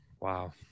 Wow